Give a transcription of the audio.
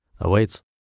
awaits